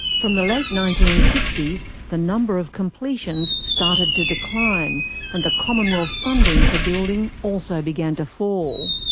from the late nineteen sixty s the number of completions started to decline and the commonwealth funding for building also began to fall.